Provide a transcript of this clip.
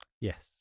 Yes